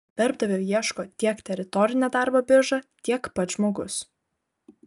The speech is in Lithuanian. darbdavio ieško tiek teritorinė darbo birža tiek pats žmogus